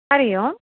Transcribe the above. हरिः ओम्